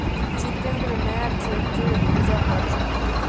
जितेंद्र नया ट्रैक्टरेर पूजा कर छ